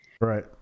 Right